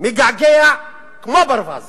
מגעגע כמו ברווז